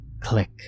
click